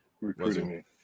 recruiting